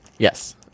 Yes